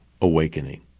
awakening